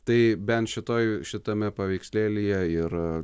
tai bent šitoj šitame paveikslėlyje ir